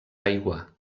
aigua